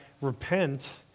repent